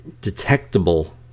detectable